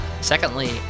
Secondly